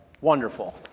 wonderful